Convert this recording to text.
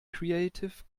creative